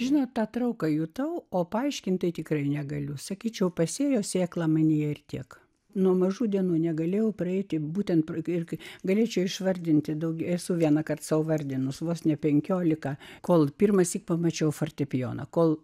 žinoma ta trauka jutau o paaiškinti tikrai negaliu sakyčiau pasėjo sėklą manyje ir tiek nuo mažų dienų negalėjau praeiti būtent pradai irgi galėčiau išvardinti daug esu vienąkart sau įvardinus vos ne penkiolika kol pirmąsyk pamačiau fortepijoną kol